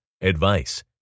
advice